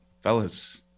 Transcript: fellas